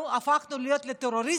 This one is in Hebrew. כי אנחנו הפכנו להיות לטרוריסטים,